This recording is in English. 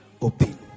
open